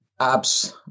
apps